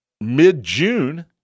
mid-June